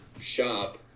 shop